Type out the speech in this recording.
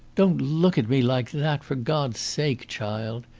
don't look at me like that, for god's sake, child!